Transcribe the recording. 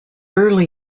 early